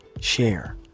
share